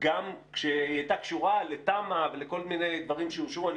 גם כשהיא הייתה קשורה לתמ"א ולכל מיני דברים שאושרו - אני